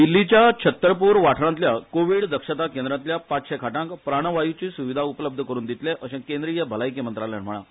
दिल्लीच्या छत्तरपूर वाठारांतल्या कोविड दक्षता केंद्रातल्या पाचशे खाटांक प्राणवायूची सुविधा उपलब्ध करून दितले अशे केंद्रीय भलायकी मंत्रालयान म्हळा